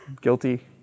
guilty